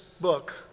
book